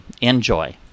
Enjoy